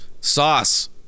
sauce